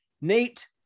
Nate